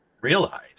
realize